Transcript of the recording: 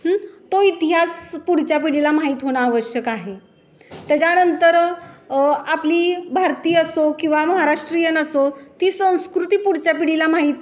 तो इतिहास पुढच्या पिढीला माहीत होणं आवश्यक आहे त्याच्यानंतर आपली भारतीय असो किंवा महाराष्ट्रीयन असो ती संस्कृती पुढच्या पिढीला माहीत